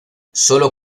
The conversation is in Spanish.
sólo